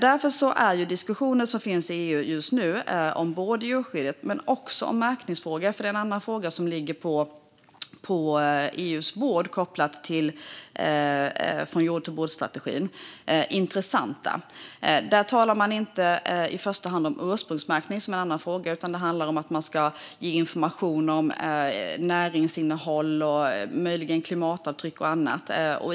Därför är den diskussion som finns i EU just nu om både djurskyddet och märkningsfrågan - det är en annan fråga som ligger på EU:s bord och som är kopplad till från-jord-till-bord-strategin - intressant. Man talar inte i första hand om ursprungsmärkning, som är en annan fråga, utan det handlar om att ge information om näringsinnehåll och möjligen om klimatavtryck och annat.